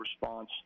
response